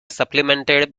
supplemented